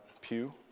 pew